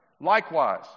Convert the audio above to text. likewise